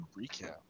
recap